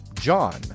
John